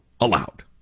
allowed